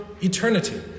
eternity